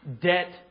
Debt